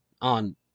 on